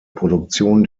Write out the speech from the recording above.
produktion